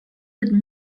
would